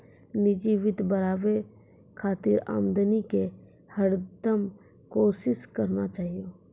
निजी वित्त बढ़ाबे खातिर आदमी के हरदम कोसिस करना चाहियो